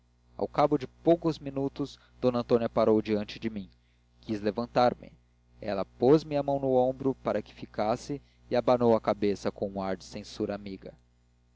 ao cabo de poucos minutos d antônia parou diante de mim quis levantar-me ela pôs-me a mão no ombro para que ficasse e abanou a cabeça com um ar de censura amiga